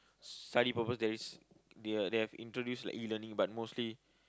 study purpose there is they have introduced like E-learning but mostly